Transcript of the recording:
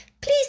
Please